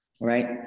right